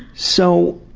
so,